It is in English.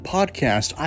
Podcast